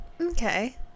Okay